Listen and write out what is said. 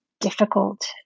difficult